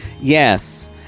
Yes